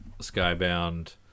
Skybound